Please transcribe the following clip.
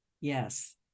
yes